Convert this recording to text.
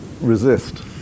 resist